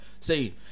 Say